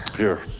here.